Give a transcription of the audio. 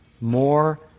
more